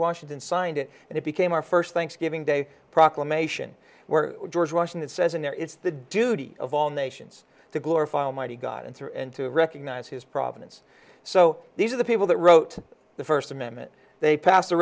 washington george signed it and it became our first thanksgiving day proclamation where george washington says in there it's the duty of all nations to glorify almighty god and true and to recognize his providence so these are the people that wrote the first amendment they passed a